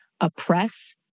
oppress